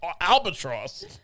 albatross